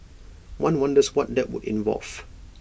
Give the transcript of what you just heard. one wonders what that would involve